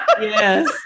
yes